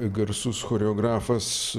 garsus choreografas